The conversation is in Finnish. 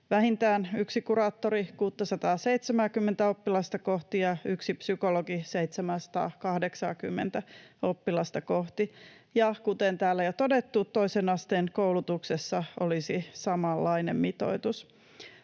vähintään yksi kuraattori 670:tä oppilasta kohti ja yksi psykologi 780:tä oppilasta kohti, ja kuten täällä jo todettu, toisen asteen koulutuksessa olisi samanlainen mitoitus.